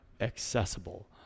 accessible